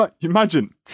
imagine